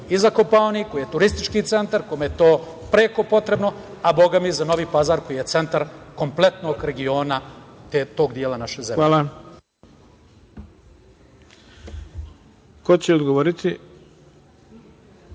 i za Kopaonik, koji je turistički centar, kome je to preko potrebno, a, Boga mi, i za Novi Pazar, koji je centar kompletnog regiona tog dela naše zemlje. **Ivica